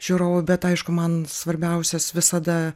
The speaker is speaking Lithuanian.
žiūrovų bet aišku man svarbiausias visada